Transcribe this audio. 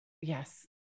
yes